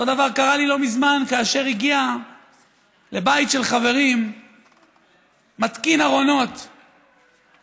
אותו דבר קרה לי לא מזמן כאשר הגיע לבית של חברים מתקין ארונות מטירה.